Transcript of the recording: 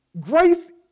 Grace